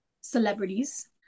celebrities